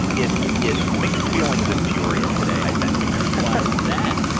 um it's it's mixed feelings in peoria today, i think why is that?